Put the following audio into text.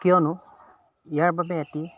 কিয়নো ইয়াৰ বাবে এটি